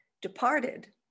departed